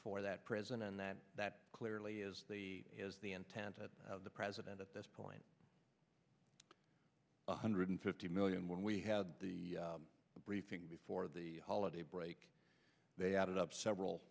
for that prison and that that clearly is is the intent of the president at this point one hundred fifty million when we had the briefing before the holiday break they added up several